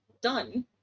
Done